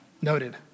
Noted